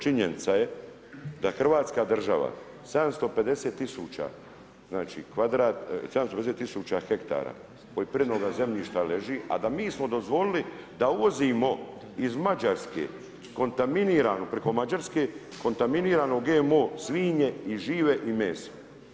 Činjenica je da hrvatska država 750 tisuća hektara poljoprivrednoga zemljišta leži, a da mi smo dozvolili da uvozimo iz Mađarske kontaminirano preko Mađarske, kontaminirano GMO svinje i žive i meso.